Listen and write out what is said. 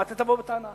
מה אתה תבוא בטענה?